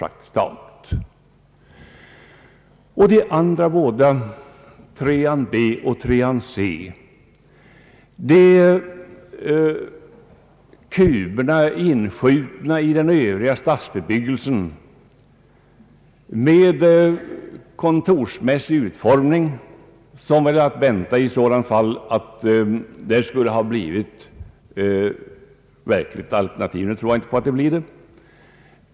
De båda andra alternativen — 3 b och 3 c — med kuber inskjutna i den övriga stadsbebyggelsen och med kontorsmässig utformning, vilket torde vara att vänta om detta kommer att bli ett verkligt alternativ, tror jag för min del inte blir aktuella.